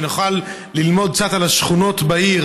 שנוכל ללמוד קצת על השכונות בעיר,